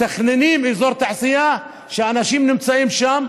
מתכננים אזור תעשייה שאנשים נמצאים שם,